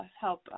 help